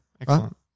excellent